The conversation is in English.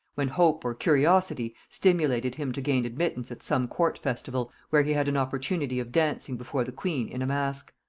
when hope or curiosity stimulated him to gain admittance at some court-festival, where he had an opportunity of dancing before the queen in a mask.